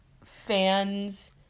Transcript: fans